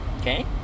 Okay